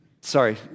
sorry